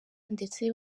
ndetse